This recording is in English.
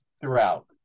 Throughout